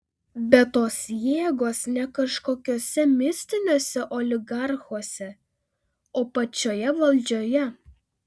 bet tos jėgos ne kažkokiuose mistiniuose oligarchuose o pačioje valdžioje